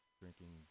drinking